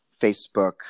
Facebook